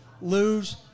lose